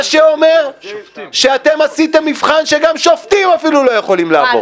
מה שאומר שאתם עשיתם מבחן שגם שופטים אפילו לא יכולים לעבור.